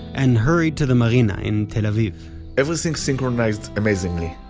and hurried to the marina in tel aviv everything synchronized amazingly.